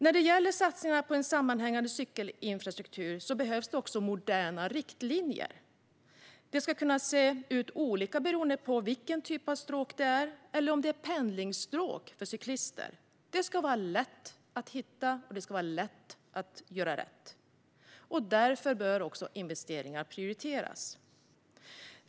När det gäller satsningarna på en sammanhängande cykelinfrastruktur behövs det också moderna riktlinjer. Det ska kunna se olika ut beroende på vilket stråk det är eller om det handlar om pendlingsstråk för cyklister. Det ska vara lätt att hitta, och det ska vara lätt att göra rätt. Därför bör investeringar prioriteras.